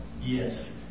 Yes